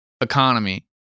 Economy